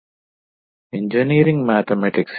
Engineering Mathematics - I engineering mathematics I Prof